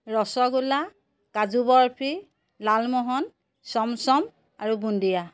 ৰসগোলা কাজু বৰফি লালমোহন চমচম আৰু বুন্দিয়া